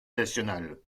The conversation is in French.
nationale